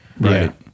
Right